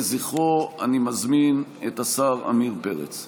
אני מזמין את השר צחי הנגבי לשאת דברים לזכרו.